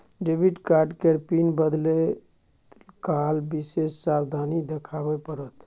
debit card केर PIN बदलैत काल विशेष सावाधनी देखाबे पड़त